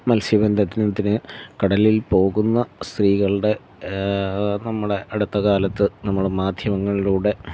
മൽസ്യബന്ധനത്തിന് കടലിൽ പോകുന്ന സ്ത്രീകളുടെ നമ്മുടെ അടുത്ത കാലത്ത് നമ്മൾ മാധ്യമങ്ങളിലൂടെ